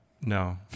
No